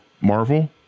Marvel